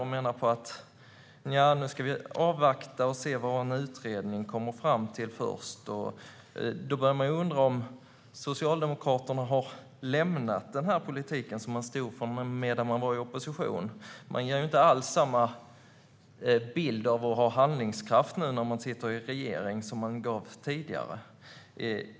Man menar att vi först ska avvakta och se vad en utredning kommer fram till. Då börjar jag ju undra om Socialdemokraterna har lämnat den politik man stod för medan man var i opposition. Man ger inte alls samma bild av handlingskraft nu när man sitter i regering som man gjorde tidigare.